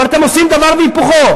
אבל אתם עושים דבר והיפוכו.